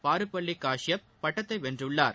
பாருப்பள்ளி காஷ்பப் பட்டத்தை வென்றுள்ளார்